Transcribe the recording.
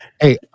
Hey